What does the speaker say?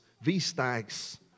V-stags